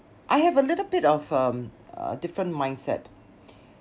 I have a little bit of um a different mindset